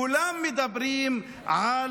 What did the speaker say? כולם מדברים על